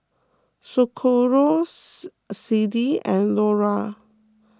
Socorro Clydie and Lora